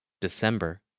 December